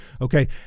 Okay